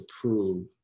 prove